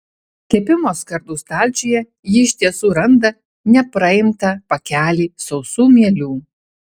kepimo skardų stalčiuje ji iš tiesų randa nepraimtą pakelį sausų mielių